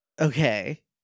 Okay